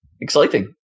exciting